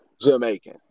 Jamaican